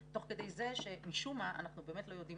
תוך כדי זה שמשום מה - אנחנו באמת לא יודעים